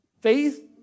faith